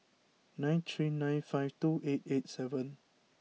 nine three nine five two eight eight seven